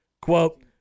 Quote